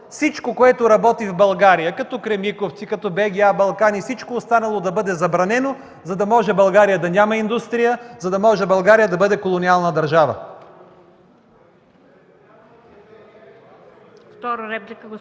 всичко, което работи в България като Кремиковци, като БГА „Балкан” и всичко останало – всичко да бъде забранено, за да може България да няма индустрия, за да може България да бъде колониална държава!